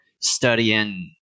studying